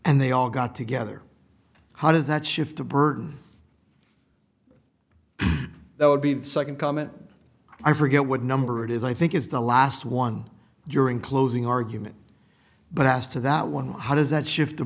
and they all got together how does that shift the burden that would be the second comment i forget what number it is i think is the last one during closing argument but as to that one how does that shift the